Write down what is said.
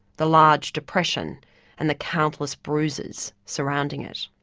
the large depression and the countless bruises surrounding it.